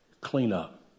cleanup